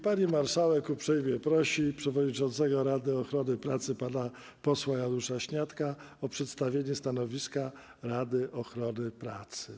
Pani marszałek uprzejmie prosi przewodniczącego Rady Ochrony Pracy pana posła Janusza Śniadka o przedstawienie stanowiska Rady Ochrony Pracy.